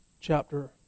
chapter